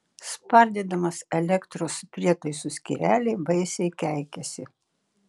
spardydamas elektros prietaisų skyrelį baisiai keikėsi